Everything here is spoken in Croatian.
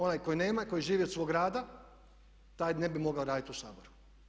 Onaj koji nema, koji živi od svog rada taj ne bi mogao raditi u Saboru.